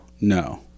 No